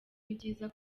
ibyiza